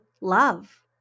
love